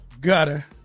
Gutter